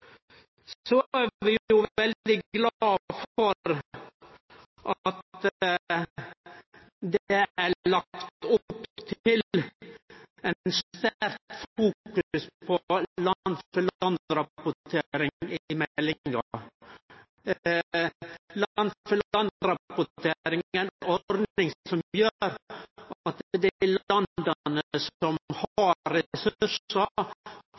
Så er vi veldig glade for at det er lagt opp til sterkt fokus på land-for-land-rapportering i meldinga. Land-for-land-rapportering er ei ordning som gjer at